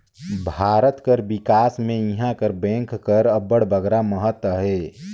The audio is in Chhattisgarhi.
भारत कर बिकास में इहां कर बेंक कर अब्बड़ बगरा महत अहे